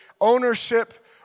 ownership